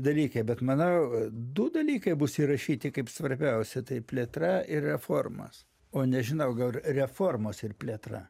dalykai bet manau du dalykai bus įrašyti kaip svarbiausi tai plėtra ir reformos o nežinau gal reformos ir plėtra